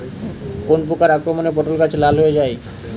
কোন প্রকার আক্রমণে পটল গাছ লাল হয়ে যায়?